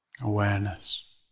awareness